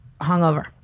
hungover